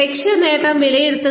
ലക്ഷ്യ നേട്ടം വിലയിരുത്തുക